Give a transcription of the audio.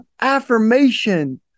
affirmation